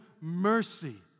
mercy